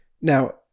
Now